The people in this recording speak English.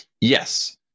Yes